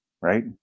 right